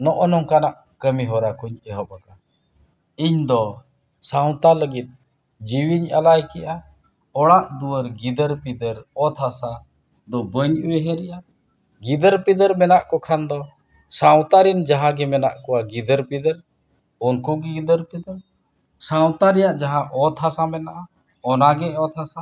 ᱱᱚᱜᱼᱚ ᱱᱚᱝᱠᱟᱱᱟᱜ ᱠᱟᱹᱢᱤ ᱦᱚᱨᱟ ᱠᱚᱧ ᱮᱦᱚᱵ ᱠᱟᱫᱟ ᱤᱧᱫᱚ ᱥᱟᱶᱛᱟ ᱞᱟᱹᱜᱤᱫ ᱡᱤᱣᱤᱧ ᱟᱞᱟᱭ ᱠᱮᱜᱼᱟ ᱚᱲᱟᱜ ᱫᱩᱣᱟᱹᱨ ᱜᱤᱫᱟᱹᱨ ᱯᱤᱫᱟᱹᱨ ᱚᱛ ᱦᱟᱥᱟ ᱫᱚ ᱵᱟᱹᱧ ᱩᱭᱦᱟᱹᱨᱮᱫᱼᱟ ᱜᱤᱫᱟᱹᱨᱼᱯᱤᱫᱟᱹᱨ ᱢᱮᱱᱟᱜ ᱠᱚᱠᱷᱟᱱ ᱫᱚ ᱥᱟᱶᱛᱟ ᱨᱤᱱ ᱡᱟᱦᱟᱸ ᱜᱮ ᱢᱮᱱᱟᱜ ᱠᱚᱣᱟ ᱜᱤᱫᱟᱹᱨ ᱯᱤᱫᱟᱹᱨ ᱩᱱᱠᱩ ᱜᱮ ᱜᱤᱫᱟᱹᱨ ᱯᱤᱫᱟᱹᱨ ᱥᱟᱶᱛᱟ ᱨᱮᱭᱟᱜ ᱡᱟᱦᱟᱸ ᱚᱛ ᱦᱟᱥᱟ ᱢᱮᱱᱟᱜᱼᱟ ᱚᱱᱟᱜᱮ ᱚᱛᱼᱦᱟᱥᱟ